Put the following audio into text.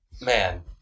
man